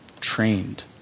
trained